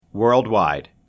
Worldwide